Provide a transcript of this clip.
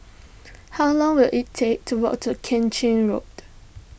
how long will it take to walk to King Road